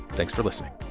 thanks for listening